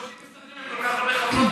אנחנו בקושי מסתדרים עם כל כך הרבה חברות